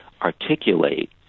articulate